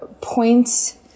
points